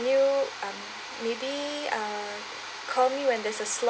you um maybe uh call me when there's a slot